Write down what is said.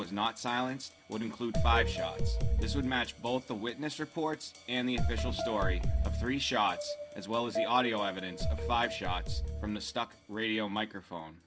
silence would include five shots this would match both the witness reports and the official story three shots as well as the audio evidence five shots from the stock radio microphone